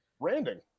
Branding